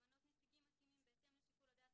למנות נציגים מתאימים בהתאם לשיקול הדעת